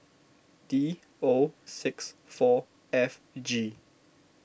D O six four F G